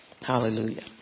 Hallelujah